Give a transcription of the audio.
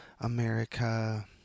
America